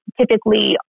typically